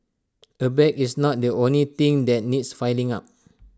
A bag is not the only thing that needs filling up